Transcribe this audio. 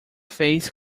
face